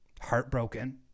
heartbroken